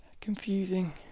Confusing